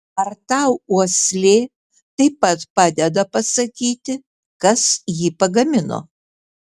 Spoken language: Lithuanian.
ar tau uoslė taip pat padeda pasakyti kas jį pagamino